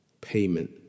payment